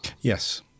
Yes